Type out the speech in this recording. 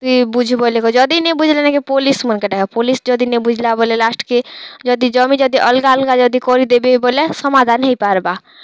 ତୁଇ ବୁଝେ ବୋଇଲେ କ ଜଦି ନେଇଁ ବୁଝଲେ ନାକେ ପୋଲିସ୍ ମାନକେ ଡାକ ପୋଲିସ୍ ଜଦି ନେଇଁ ବୁଝଲା ବୋଇଲେ ଲାଷ୍ଟକେ ଜଦି ଜମି ଜଦି ଅଲଗା ଅଲଗା ଜଦି କରିଦେବେ ବୋଇଲେ ସମାଧାନ ହେଇପାରବା